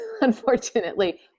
unfortunately